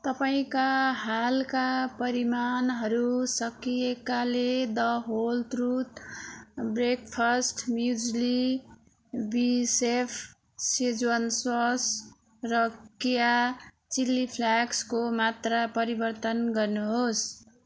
तपाईँका हालका परिमाणहरू सकिएकाले the whole truth breakfast muesli बिसेफ सेज्वान सस र केया चिली फ्लेक्सको मात्रा परिवर्तन गर्नुहोस्